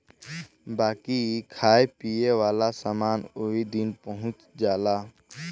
बाकी खाए पिए वाला समान ओही दिन पहुच जाला